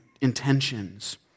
intentions